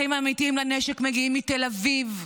האחים האמיתיים לנשק מגיעים מתל אביב,